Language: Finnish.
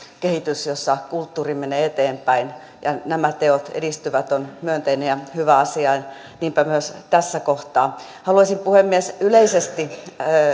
kehitys jossa kulttuuri menee eteenpäin ja nämä teot edistyvät on myönteinen ja hyvä asia niinpä myös tässä kohtaa haluaisin puhemies yleisesti